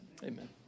amen